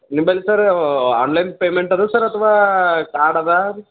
ನಿಂಬಲ್ಲಿ ಸರು ಆನ್ಲೈನ್ ಪೇಮೆಂಟದ ಸರ್ ಅಥವಾ ಕಾರ್ಡದ